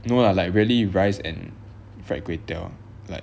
no lah like really rice and fried kway teow like